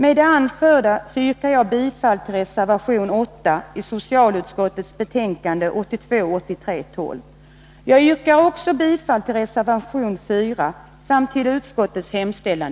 Med det anförda yrkar jag bifall till reservationerna 4 och 11:i socialutskottets betänkande nr 12. I övrigt yrkar jag bifall till utskottets hemställan.